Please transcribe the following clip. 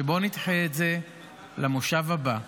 בואו נדחה את זה למושב הבא.